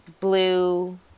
blue